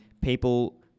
people